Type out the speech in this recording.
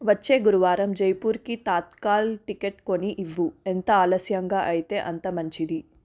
వచ్చే గురువారం జైపూర్కి తత్కాల్ టికెట్ కొని ఇవ్వు ఎంత ఆలస్యంగా అయితే అంత మంచిది